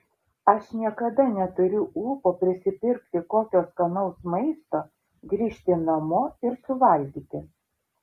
aš niekada neturiu ūpo prisipirkti kokio skanaus maisto grįžti namo ir suvalgyti